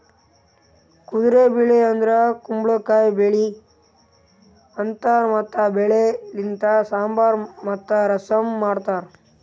ಕುದುರೆ ಬೆಳಿ ಅಂದುರ್ ಕುಂಬಳಕಾಯಿ ಬೆಳಿ ಅಂತಾರ್ ಮತ್ತ ಬೆಳಿ ಲಿಂತ್ ಸಾಂಬಾರ್ ಮತ್ತ ರಸಂ ಮಾಡ್ತಾರ್